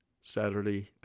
Saturday